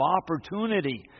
opportunity